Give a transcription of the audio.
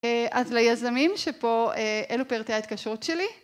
אז ליזמים שפה אלו פרטי ההתקשרות שלי.